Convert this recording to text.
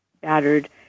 battered